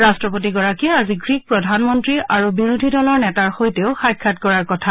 ৰাট্টপতিগৰাকীয়ে আজি গ্ৰীক প্ৰধানমন্নী আৰু বিৰোধী দলৰ নেতাৰ সৈতেও সাক্ষাৎ কৰাৰ কথা